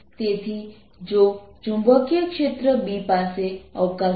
તેથી આ r ≥ R માટે